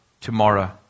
tomorrow